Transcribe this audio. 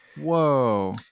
Whoa